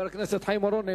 חבר הכנסת חיים אורון,